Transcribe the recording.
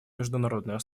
международное